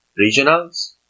regionals